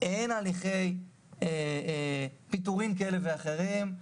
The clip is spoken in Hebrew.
אין הליכי פיטורים כאלה ואחרים.